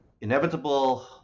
inevitable